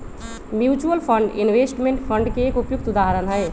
mutual fund investment fund के एक उपयुक्त उदाहरण हई